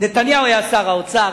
נתניהו היה שר האוצר.